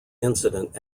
incident